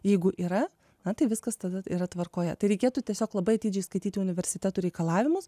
jeigu yra na tai viskas tada yra tvarkoje tai reikėtų tiesiog labai atidžiai skaityti universitetų reikalavimus